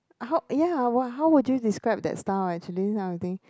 I hope ya how would you describe that style actually that kind of thing